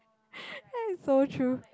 like so true